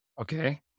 Okay